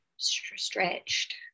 Stretched